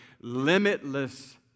limitless